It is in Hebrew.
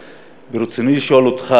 ברצוני לשאול אותך,